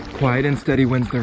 quiet and steady wins the